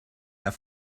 that